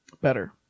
Better